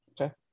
Okay